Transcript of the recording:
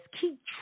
keep